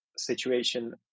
situation